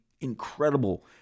incredible